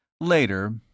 Later